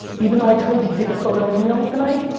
even though i told you take a photo and email me tonight,